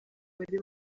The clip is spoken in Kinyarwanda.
bari